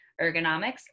ergonomics